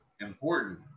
important